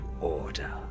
order